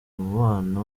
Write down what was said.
umubano